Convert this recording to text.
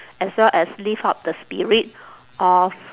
as well as lift up the spirit of